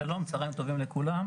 שלום ותודה על זכות הדיבור,